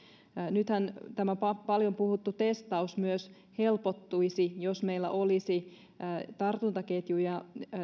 nythän tämä paljon puhuttu testaus myös helpottuisi jos meillä olisi tartuntaketjujen